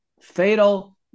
fatal